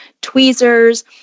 tweezers